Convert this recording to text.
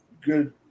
good